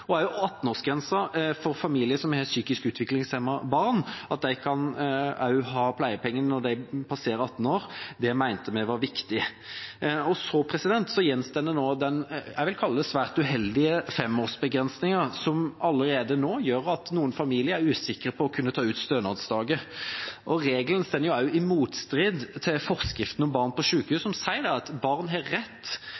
år. Angående 18-årsgrensen for familier som har psykisk utviklingshemmede barn, mente vi det var viktig at man kan ha pleiepenger for dem også når de passerer 18 år. Nå gjenstår det jeg vil kalle den svært uheldige femårsbegrensningen, som allerede nå gjør at noen familier er usikre når det gjelder å kunne ta ut stønadsdager. Regelen står også i motstrid til forskriften om barn på